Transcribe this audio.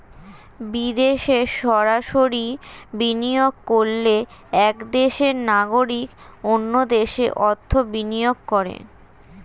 বিদেশে সরাসরি বিনিয়োগ করলে এক দেশের নাগরিক অন্য দেশে অর্থ বিনিয়োগ করে